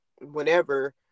whenever